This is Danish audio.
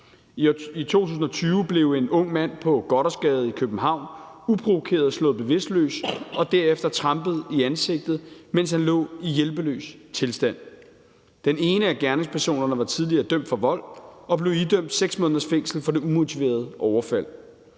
I 2020 blev en ung mand på Gothersgade i København uprovokeret slået bevidstløs og derefter trampet i ansigtet, mens han lå i hjælpeløs tilstand. Den ene af gerningspersonerne var tidligere dømt for vold og blev idømt 6 måneders fængsel for det umotiverede overfald.